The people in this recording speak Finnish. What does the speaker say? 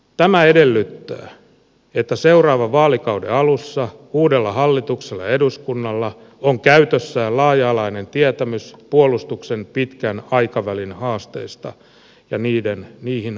tämä edellyttää että seuraavan vaalikauden alussa uudella hallituksella ja eduskunnalla on käytössään laaja alainen tietämys puolustuksen pitkän aikavälin haasteista ja niihin vastaamisesta